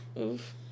Oof